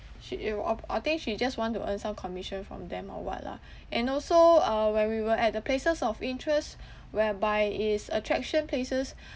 she were ob~ I think she just want to earn some commission from them or what lah and also uh when we were at the places of interest whereby is attraction places